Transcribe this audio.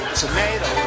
tomato